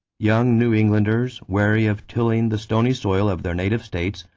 young new englanders, weary of tilling the stony soil of their native states,